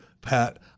Pat